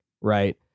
right